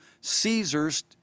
Caesar's